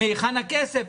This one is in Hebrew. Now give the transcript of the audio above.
מהיכן הכסף?